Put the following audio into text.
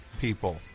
people